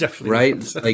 Right